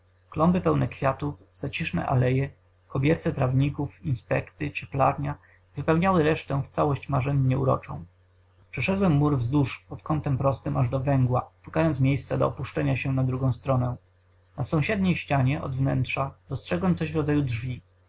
klomby pełne kwiatów zaciszne aleje kobierce trawników inspekty cieplarnia wypełniały resztę w całość marzennie uroczą przeszedłem mur wzdłuż pod kątem prostym aż do węgła szukając miejsca do opuszczenia się na drugą stronę na sąsiedniej ścianie od wnętrza dostrzegłem coś w rodzaju drzwi